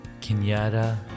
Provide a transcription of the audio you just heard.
Kenyatta